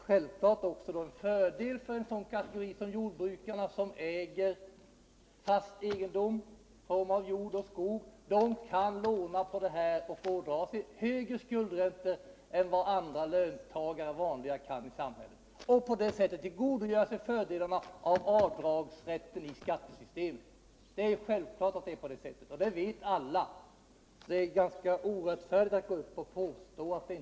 Självklart är detta en fördel för en sådan kategori som jordbrukare, som äger fast egendom i form av jord och skog. De kan låna på dessa värden och får då möjlighet att dra av större skuldräntor än vad löntagare kan göra. Det är självklart att det är på det sättet, och det vet alla. Det är ganska orättfärdigt att pästå något annat.